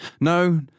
No